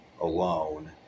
alone